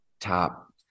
top